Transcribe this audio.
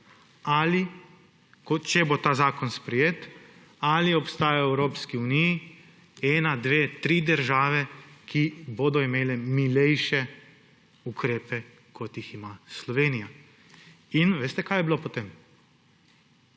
ko/če bo ta zakon sprejet, ali obstaja v Evropski uniji ena, dve, tri države, ki bodo imele milejše ukrepe, kot jih ima Slovenija. Veste kaj je bilo potem?